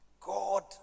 God